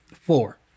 four